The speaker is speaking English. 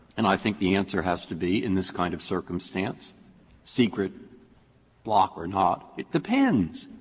and i think the answer has to be in this kind of circumstance secret bloc or not, it depends,